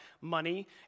money